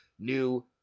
New